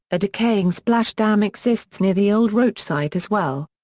a decaying splash dam exists near the old roach site as well.